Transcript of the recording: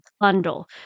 bundle